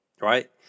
right